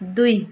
दुई